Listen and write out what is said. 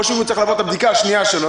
או שאם הוא צריך לעבור את הבדיקה השנייה שלו,